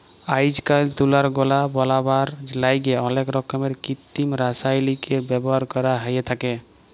আইজকাইল তুলার গলা বলাবার ল্যাইগে অলেক রকমের কিত্তিম রাসায়লিকের ব্যাভার ক্যরা হ্যঁয়ে থ্যাকে